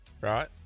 right